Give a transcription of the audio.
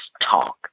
talk